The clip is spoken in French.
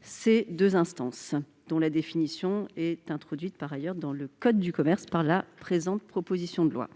ces deux instances, dont la définition est par ailleurs introduite dans le code de commerce par la présente proposition de loi.